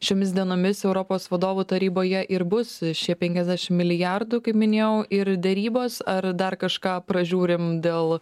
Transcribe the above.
šiomis dienomis europos vadovų taryboje ir bus šie penkiasdešim milijardų kaip minėjau ir derybos ar dar kažką pražiūrim dėl